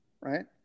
right